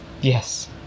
Yes